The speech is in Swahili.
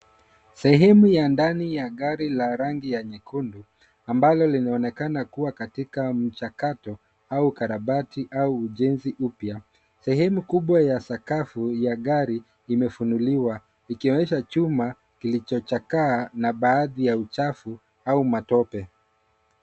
Sehemu ya ndani ya gari la rangi ya nyekundu ambalo linaonekana kuwa katika mchakato au ukarabati au ujenzi upya. Sehemu kubwa ya sakafu ya gari imefunuliwa ikionyesha chuma kilicho chakaa na baadhi ya uchafu au matope.